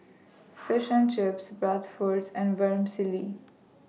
Fish and Chips Bratwurst and Vermicelli